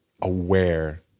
aware